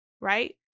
right